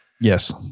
Yes